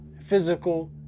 physical